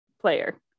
player